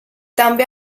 també